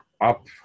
up